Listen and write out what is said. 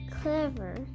clever